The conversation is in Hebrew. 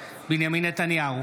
בנימין נתניהו,